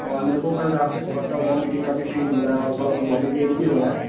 اور میرے کو کل رات سے تھوڑا سا وامیٹنگ کا بھی فیل ہو رہا ہے اور تھوڑا سا باڈی پین بھی رہا ہے